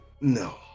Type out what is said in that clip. no